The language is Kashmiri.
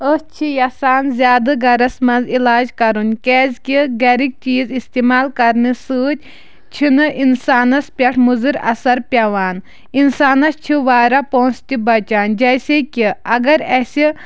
أسۍ چھِ یَژھان زیادٕ گَرَس منٛز علاج کَرُن کیٛازِکہِ گَرِکۍ چیٖز اِستعمال کَرنہٕ سۭتۍ چھِنہٕ اِنسانَس پٮ۪ٹھ مُضُر اَثر پٮ۪وان اِنسانَس چھِ واریاہ پۅنٛسہٕ تہِ بَچان جیسے کہِ اگر اَسہِ